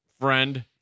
friend